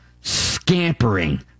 scampering